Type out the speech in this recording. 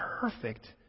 perfect